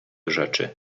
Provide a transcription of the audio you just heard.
rzeczy